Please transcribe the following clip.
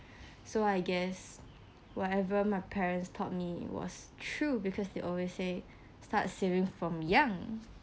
so I guess whatever my parents taught me it was true because they always say start saving from young